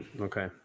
Okay